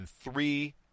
three